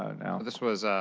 this was,